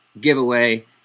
giveaway